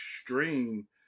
stream